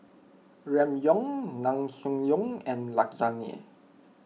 Ramyeon Naengmyeon and Lasagne